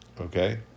okay